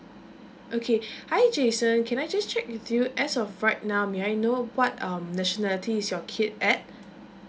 okay hi jason can I just check with you as of right now may I know what um nationality is your kid at